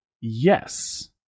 yes